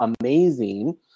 amazing